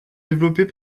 développées